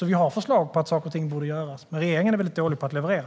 Vi har förslag om saker och ting som borde göras, men regeringen är dålig på att leverera.